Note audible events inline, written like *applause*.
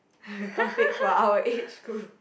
*noise* topic for our age group